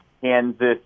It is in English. Kansas